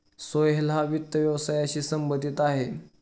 सोहेल हा वित्त व्यवसायाशी संबंधित आहे